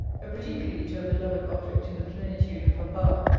a pretty plea to a beloved object in the plenitude of her power!